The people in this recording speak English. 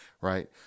right